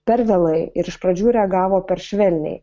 per vėlai ir iš pradžių reagavo per švelniai